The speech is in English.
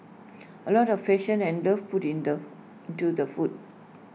A lot of passion and love put in the into the food